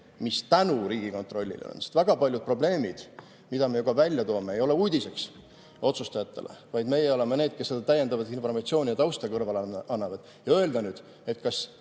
mis tänu Riigikontrollile on [otsustatud]. Sest väga paljud probleemid, mida me välja toome, ei ole uudiseks otsustajatele, vaid meie oleme need, kes seda täiendavat informatsiooni ja tausta kõrvale annavad. Ja öelda nüüd, kas